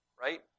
right